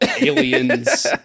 aliens